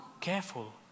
careful